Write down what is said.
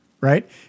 Right